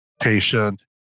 patient